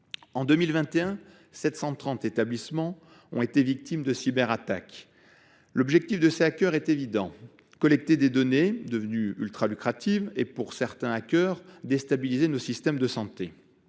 En 2021, 730 établissements de santé ont été victimes de cyberattaques. L’objectif des est évident : collecter des données, devenues ultralucratives, ou, pour certains d’entre eux, déstabiliser nos systèmes de santé.